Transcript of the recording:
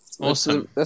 Awesome